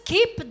Keep